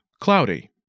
cloudy